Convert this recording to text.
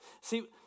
See